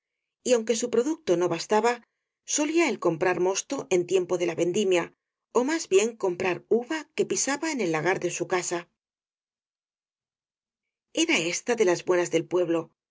y aunque su pro ducto no bastaba solía él comprar mosto en tiem po de la vendimia ó más bien comprar uva que pisaba en el lagar de su casa era ésta de las buenas del pueblo